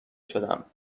شدم